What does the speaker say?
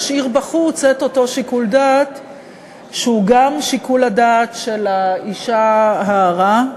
ישאיר בחוץ את אותו שיקול דעת שהוא גם שיקול הדעת של האישה ההרה,